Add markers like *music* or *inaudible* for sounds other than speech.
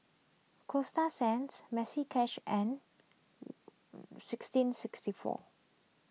Coasta Sands Maxi Cash and *noise* sixteen sixty four